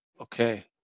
okay